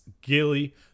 Gilly